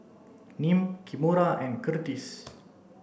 Nim Kimora and Kurtis